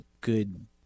good